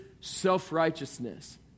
self-righteousness